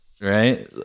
Right